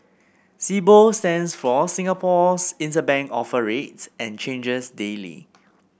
Sibor stands for Singapore Interbank Offer Rate and changes daily